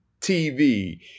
TV